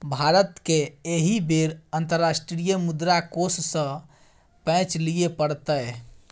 भारतकेँ एहि बेर अंतर्राष्ट्रीय मुद्रा कोष सँ पैंच लिअ पड़तै